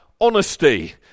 honesty